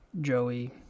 Joey